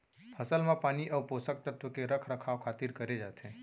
फसल म पानी अउ पोसक तत्व के रख रखाव खातिर करे जाथे